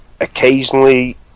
Occasionally